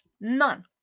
None